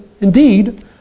indeed